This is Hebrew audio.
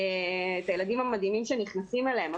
את הילדים המדהימים שנכנסים אליהם.